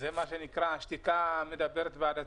זה מה שנקרא שתיקה מדברת בעד עצמה.